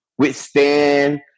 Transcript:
Withstand